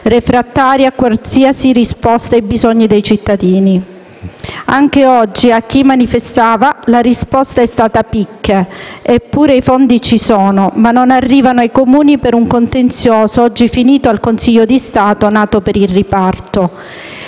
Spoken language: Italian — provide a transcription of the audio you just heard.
refrattaria a qualsiasi risposta ai bisogni dei cittadini. Anche oggi la risposta a chi manifestava è stata "picche", eppure i fondi ci sono, ma non arrivano ai Comuni per un contenzioso, oggi finito al Consiglio di Stato, nato per il riparto.